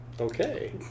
Okay